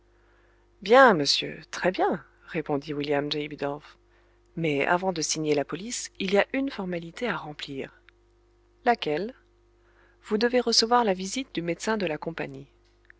bien monsieur très bien répondit william j bidulph mais avant de signer la police il y a une formalité à remplir laquelle vous devez recevoir la visite du médecin de la compagnie